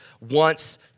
wants